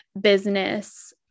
business